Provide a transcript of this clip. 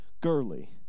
girly